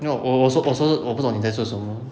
no 我说我说我不懂你在做什么